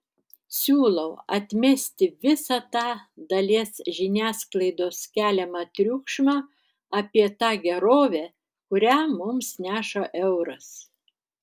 siūlau atmesti visą tą dalies žiniasklaidos keliamą triukšmą apie tą gerovę kurią mums neša euras